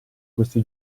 questi